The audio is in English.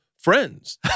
friends